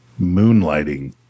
moonlighting